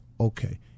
Okay